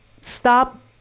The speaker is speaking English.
Stop